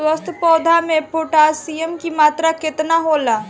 स्वस्थ पौधा मे पोटासियम कि मात्रा कितना होला?